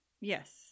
Yes